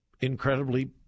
incredibly